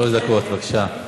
שלוש דקות, בבקשה.